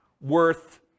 worth